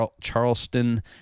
Charleston